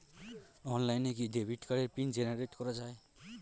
অনলাইনে কি ডেবিট কার্ডের পিন জেনারেট করা যায়?